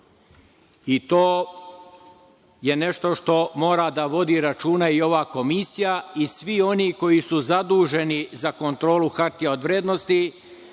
je nešto što mora da vodi računa i ova komisija i svi oni koji su zaduženi za kontrolu hartija od vrednosti,